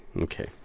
okay